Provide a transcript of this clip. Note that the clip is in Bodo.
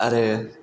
आरो